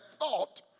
thought